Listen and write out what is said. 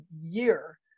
year